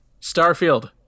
Starfield